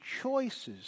choices